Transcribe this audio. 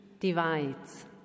divides